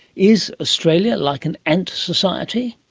is australia like an ant society?